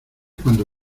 cuando